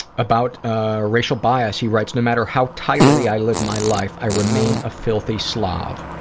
about ah racial bias, he writes, no matter how tidily i live my life, i remain a filthy slav.